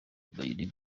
bayirimo